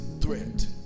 threat